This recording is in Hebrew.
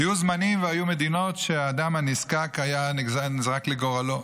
היו זמנים והיו מדינות שהאדם הנזקק היה נזרק לגורלו.